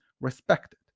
respected